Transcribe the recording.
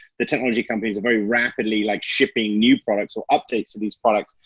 the technology companies are very rapidly like shipping new products or updates to these products.